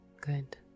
good